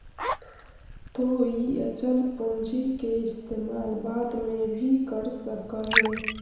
तु इ अचल पूंजी के इस्तेमाल बाद में भी कर सकऽ हे